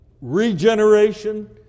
regeneration